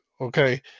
Okay